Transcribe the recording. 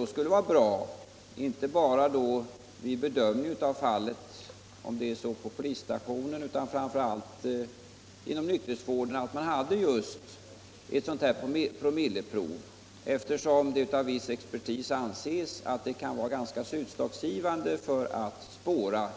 Det skulle vara bra vid bedömningen av fallen inte bara på polisstationen utan framför allt inom nykterhetsvården om man hade tillgång till ett promilleprov, eftersom viss expertis anser att det kan vara utslagsgivande för möjligheterna att spåra